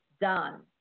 done